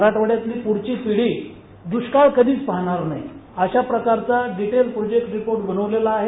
मराठवाड्यातील पुढची पिढी दृष्काळ कधी पाहणार नाही अशा प्रकारचा डिटेल प्रोजेक्ट रिपोर्ट बणवलेला आहे